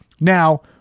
Now